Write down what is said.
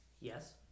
Yes